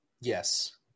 Yes